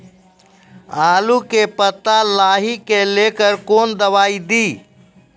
आलू के पत्ता लाही के लेकर कौन दवाई दी?